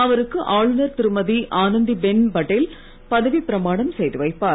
அவருக்கு ஆளுநர் திருமதி ஆனந்திபென் படேல் பதவிப் பிரமாணம் செய்து வைப்பார்